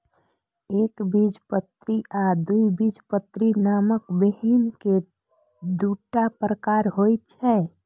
एकबीजपत्री आ द्विबीजपत्री नामक बीहनि के दूटा प्रकार होइ छै